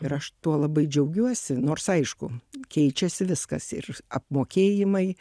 ir aš tuo labai džiaugiuosi nors aišku keičiasi viskas ir apmokėjimai